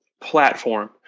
platform